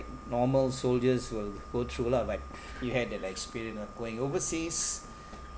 normal soldiers will go through lah but you had that experience of going overseas